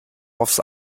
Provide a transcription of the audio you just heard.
aufs